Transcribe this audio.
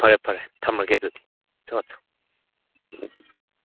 ꯐꯔꯦ ꯐꯔꯦ ꯊꯝꯃꯒꯦ ꯑꯗꯨꯗꯤ ꯆꯣꯆꯣ